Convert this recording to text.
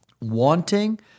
wanting